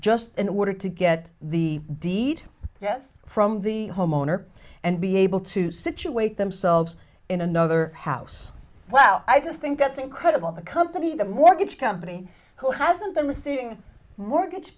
just in order to get the deed yes from the homeowner and be able to situate themselves in another house well i just think that's incredible the company the mortgage company who hasn't been receiving mortgage